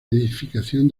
edificación